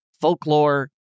folklore